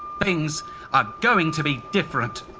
things are going to be different!